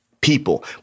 People